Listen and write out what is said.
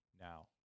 now